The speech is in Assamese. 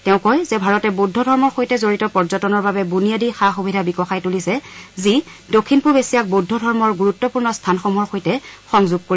তেওঁ কয় যে ভাৰতে বৌদ্ধ ধৰ্মৰ সৈতে জড়িত পৰ্যটনৰ বাবে বুনিয়াদী সা সুবিধা বিকশাই তুলিছে যিয়ে নেকি দক্ষিণ পূব এছিয়াক বৌদ্ধ ধৰ্মৰ গুৰুত্পূৰ্ণ স্থানসমূহৰ সৈতে সংযোগ কৰিব